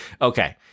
Okay